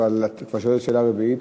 אבל את כבר שואלת שאלה רביעית.